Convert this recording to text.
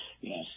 Yes